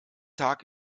tag